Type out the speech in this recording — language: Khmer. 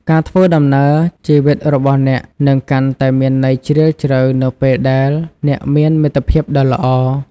ការធ្វើដំណើរជីវិតរបស់អ្នកនឹងកាន់តែមានន័យជ្រាលជ្រៅនៅពេលដែលអ្នកមានមិត្តភាពដ៏ល្អ។